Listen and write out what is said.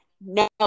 no